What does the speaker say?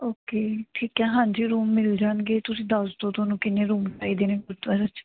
okay ਠੀਕ ਹੈ ਹਾਂਜੀ ਰੂਮ ਮਿਲ ਜਾਣਗੇ ਤੁਸੀਂ ਦੱਸ ਦਿਓ ਤੁਹਾਨੂੰ ਕਿੰਨੇ ਰੂਮ ਚਾਹੀਦੇ ਨੇ ਗੁਰਦੁਆਰੇ 'ਚ